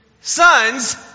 sons